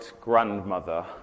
grandmother